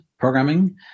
Programming